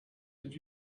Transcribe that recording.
did